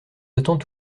attends